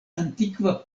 antikva